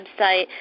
website